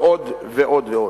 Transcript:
ועוד ועוד ועוד.